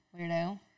Weirdo